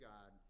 God